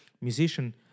musician